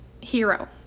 hero